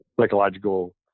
psychological